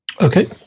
Okay